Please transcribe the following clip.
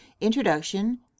introduction